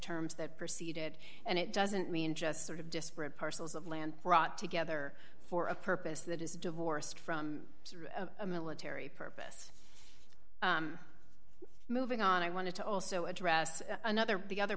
terms that proceeded and it doesn't mean just sort of disparate parcels of land brought together for a purpose that is divorced from a military purpose moving on i want to also address another the other